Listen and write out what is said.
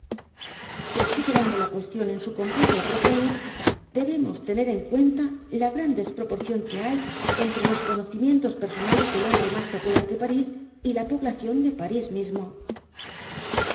considerando la cuestión en su completa y propia luz debemos tener en cuenta la gran desproporción que hay entre los conocimientos personales del hombre más popular de parís y la población de parís mismo